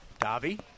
Davi